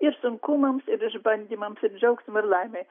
ir sunkumams ir išbandymams ir džiaugsmui ir laimei